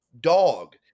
dog